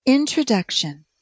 Introduction